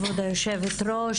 כבוד יושבת-הראש,